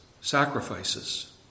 sacrifices